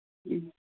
ᱦᱮᱸ